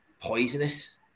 poisonous